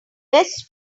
best